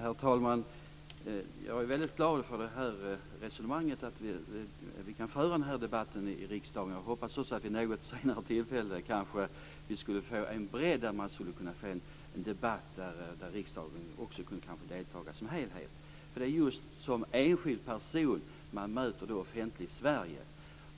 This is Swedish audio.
Herr talman! Jag är väldigt glad över det här resonemanget och över att vi kan föra den här debatten i riksdagen. Jag hoppas också att vi vid något senare tillfälle kanske skulle kunna få en bredd och en debatt där även riksdagen kanske skulle kunna delta som en helhet. Det är ju just som enskild person man möter det offentliga Sverige,